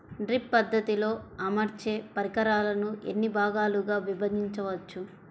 Drip పద్ధతిలో అమర్చే పరికరాలను ఎన్ని భాగాలుగా విభజించవచ్చు?